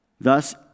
Thus